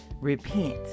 repent